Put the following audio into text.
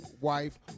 wife